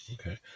Okay